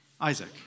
Isaac